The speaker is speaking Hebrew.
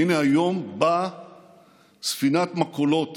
והינה היום באה ספינת מכולות